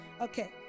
Okay